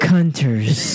Hunters